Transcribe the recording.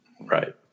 Right